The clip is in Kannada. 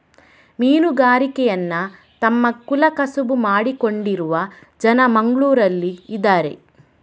ಮೀನುಗಾರಿಕೆಯನ್ನ ತಮ್ಮ ಕುಲ ಕಸುಬು ಮಾಡಿಕೊಂಡಿರುವ ಜನ ಮಂಗ್ಳುರಲ್ಲಿ ಇದಾರೆ